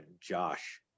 Josh